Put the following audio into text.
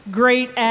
great